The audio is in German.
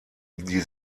die